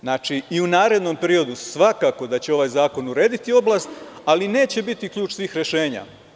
Znači, i u narednom periodu, svakako da će ovaj zakon urediti oblast, ali neće biti ključnih rešenja.